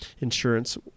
insurance